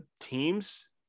teams